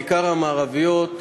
בעיקר המערביות,